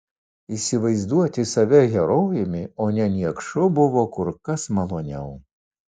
įsivaizduoti save herojumi o ne niekšu buvo kur kas maloniau